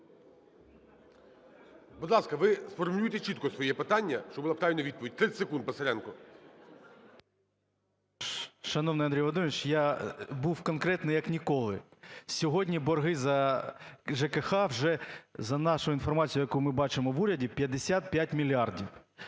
Будь ласка, ви сформулюйте чітко своє питання, щоб була правильна відповідь. 30 секунд, Писаренко. 10:56:56 ПИСАРЕНКО В.В. Шановний Андрій Володимирович, я був конкретний, як ніколи. Сьогодні борги за ЖКГ, вже за нашою інформацією, яку ми бачимо в уряді, 55 мільярдів.